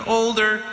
older